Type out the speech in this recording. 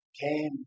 came